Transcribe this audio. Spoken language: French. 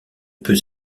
peut